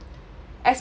as